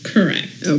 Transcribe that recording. Correct